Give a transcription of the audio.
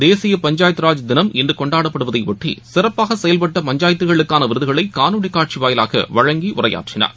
கேசிய பஞ்சாயத்ராஜ் தினம் இன்றுகொண்டாடப்படுவதையொட்டி சிறப்பாகசெயல்பட்ட பஞ்சாயத்துக்களுக்கானவிருதுகளைகாணொலிகாட்சிவாயிலாகவழங்கிஉரையாற்றினார்